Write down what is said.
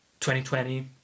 2020